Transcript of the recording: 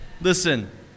Listen